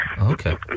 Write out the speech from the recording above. okay